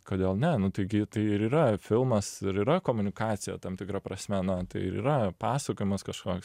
kodėl ne nu taigi tai ir yra filmas ir yra komunikacija tam tikra prasme na tai ir yra pasakojimas kažkoks